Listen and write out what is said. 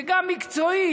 שגם מקצועית,